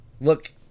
Look